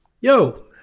Yo